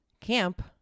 camp